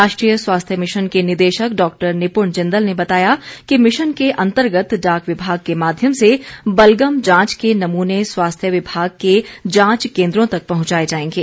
राष्ट्रीय स्वास्थ्य मिशन के निदेशक डॉक्टर निपुण जिंदल ने बताया कि मिशन के अंतर्गत डाक विभाग के माध्यम से बलगम जांच के नमूने स्वास्थ्य विभाग के जांच केंद्रों तक पहुंचाए जाएंगे